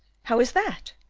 how is that?